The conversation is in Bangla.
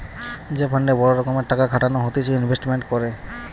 যে ফান্ডে বড় রকমের টক খাটানো হতিছে ইনভেস্টমেন্ট করে